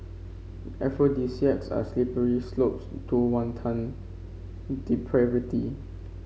aphrodisiacs are slippery slopes to wanton depravity